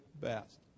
best